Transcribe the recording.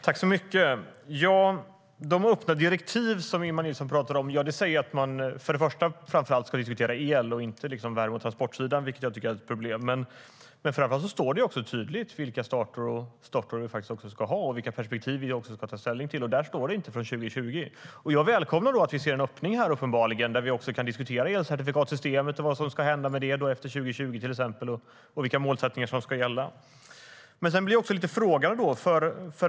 Herr ålderspresident! De öppna Jag välkomnar att vi uppenbarligen ser en öppning här, där vi också kan diskutera elcertifikatssystemet och vad som ska hända med det efter 2020 till exempel och vilka målsättningar som ska gälla. Sedan blir jag lite frågande.